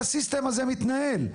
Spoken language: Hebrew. המערכת הזו מתנהלת,